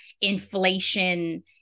inflation